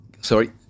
Sorry